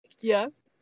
Yes